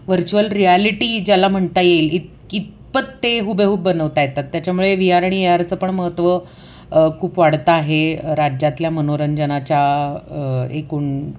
virtual reality ज्याला म्हणता येईल इत इतपत ते हुबेहूब बनवता येतात त्याच्यामुळे वी आर आणि ए आरचं पण महत्त्व खूप वाढता आहे राज्यातल्या मनोरंजनाच्या एकूण